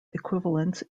equivalence